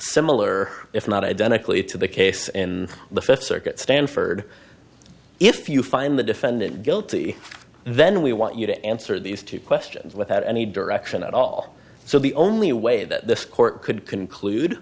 similar if not identical it to the case in the fifth circuit stanford if you find the defendant guilty then we want you to answer these two questions without any direction at all so the only way that this court could conclude